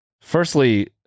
Firstly